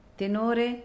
tenore